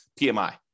PMI